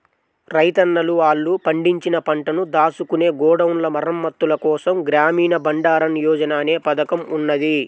రైతన్నలు వాళ్ళు పండించిన పంటను దాచుకునే గోడౌన్ల మరమ్మత్తుల కోసం గ్రామీణ బండారన్ యోజన అనే పథకం ఉన్నది